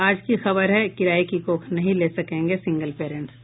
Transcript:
आज की खबर है किराये की कोख नहीं ले सकेंगे सिंगल पैरेंट्स